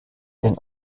denn